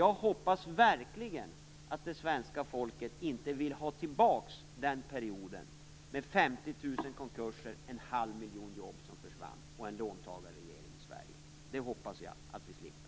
Jag hoppas verkligen att det svenska folket inte vill ha tillbaka den perioden med 50 000 konkurser, en halv miljon jobb som försvann och en låntagarregering i Sverige. Det hoppas jag att vi slipper.